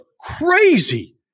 crazy